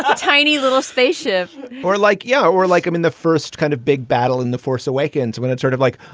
ah tiny little spaceship we're like, yeah, we're like him in the first kind of big battle in the force awakens when it's sort of like,